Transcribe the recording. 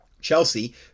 Chelsea